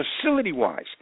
facility-wise